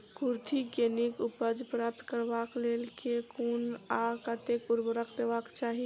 कुर्थी केँ नीक उपज प्राप्त करबाक लेल केँ कुन आ कतेक उर्वरक देबाक चाहि?